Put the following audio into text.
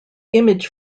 image